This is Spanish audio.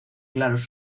claros